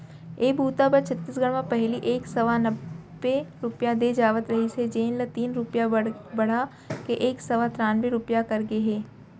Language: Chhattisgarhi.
ए बूता बर छत्तीसगढ़ म पहिली एक सव नब्बे रूपिया दे जावत रहिस हे जेन ल तीन रूपिया बड़हा के एक सव त्रान्बे रूपिया करे गे हे